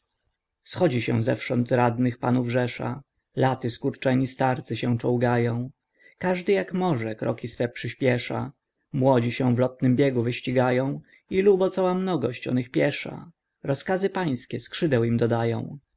schodzi się zewsząd radnych panów rzesza laty skurczeni starcy się czołgają każdy jak może kroki swe przyśpiesza młodzi się w lotnym biegu wyścigają i lubo cała mnogość onych piesza rozkazy pańskie skrzydeł im dodają